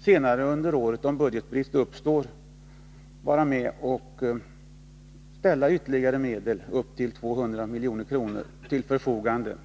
senare under året, om budgetbrist uppstår, vara med om att ställa ytterligare medel på upp till 200 milj.kr. till förfogande.